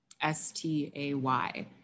S-T-A-Y